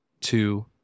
two